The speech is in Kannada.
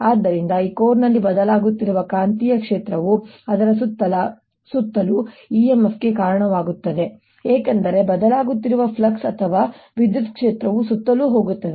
ಆದ್ದರಿಂದ ಈ ಕೋರ್ನಲ್ಲಿ ಬದಲಾಗುತ್ತಿರುವ ಕಾಂತೀಯ ಕ್ಷೇತ್ರವು ಅದರ ಸುತ್ತಲೂ EMFಗೆ ಕಾರಣವಾಗುತ್ತದೆ ಎಂದು ನೀವು ನೋಡುತ್ತೀರಿ ಏಕೆಂದರೆ ಬದಲಾಗುತ್ತಿರುವ ಫ್ಲಕ್ಸ್ ಅಥವಾ ವಿದ್ಯುತ್ ಕ್ಷೇತ್ರವು ಸುತ್ತಲೂ ಹೋಗುತ್ತದೆ